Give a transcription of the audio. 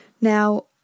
Now